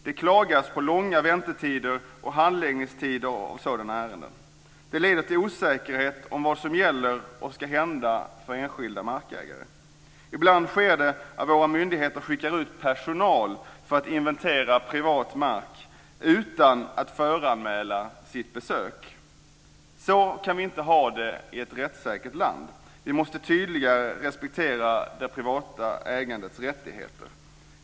Det klagas på långa väntetider och handläggningstider av sådana ärenden. Det leder till osäkerhet om vad som gäller och vad som ska hända för enskilda markägare. Ibland skickar våra myndigheter ut personal för att inventera privat mark utan att föranmäla sitt besök. Så kan vi inte ha det i ett rättssäkert land. Vi måste tydligare respektera det privata ägandets rättigheter.